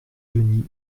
denis